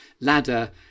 ladder